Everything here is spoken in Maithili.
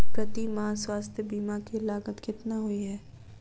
प्रति माह स्वास्थ्य बीमा केँ लागत केतना होइ है?